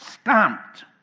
stamped